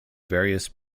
various